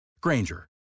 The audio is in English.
Granger